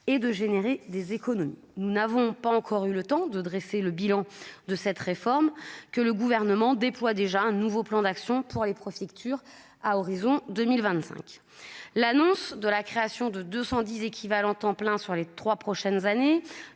et de générer des économies, nous n'avons pas encore eu le temps de dresser le bilan de cette réforme que le gouvernement déploie déjà un nouveau plan d'action pour les profs Pictures à horizon 2025, l'annonce de la création de 210 équivalents temps plein sur les 3 prochaines années,